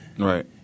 Right